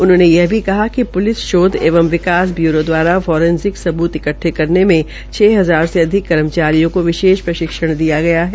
उन्होंने यह भी कहा कि प्लिस शोध एवं विकास ब्यूरों द्वारा फोरसनिक सबूत इकट्ठे करने में छ हजार से अधिक कर्मचारियों को विशेष प्रशिक्षण दिया गया है